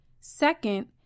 Second